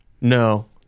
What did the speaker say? No